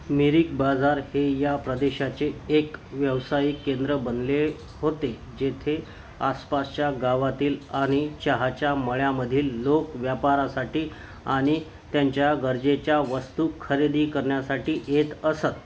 मिरिक बाजार हे या प्रदेशाचे एक व्यावसायिक केंद्र बनले होते जेथे आसपासच्या गावातील आणि चहाच्या मळ्यामधील लोक व्यापारासाठी आणि त्यांच्या गरजेच्या वस्तू खरेदी करण्यासाठी येत असत